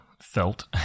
felt